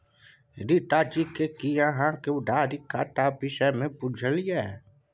रीता जी कि अहाँक उधारीक खतराक विषयमे बुझल यै?